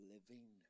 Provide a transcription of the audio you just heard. Living